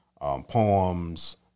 poems